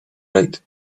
right